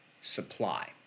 supply